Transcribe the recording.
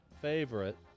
favorite